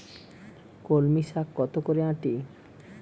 কলমি শাখ কত করে আঁটি?